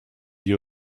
you